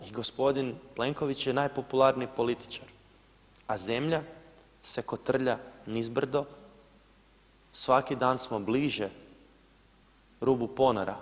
I gospodin Plenković je najpopularniji političar, a zemlja se kotrlja nizbrdo, svaki dan smo bliže rubu ponora.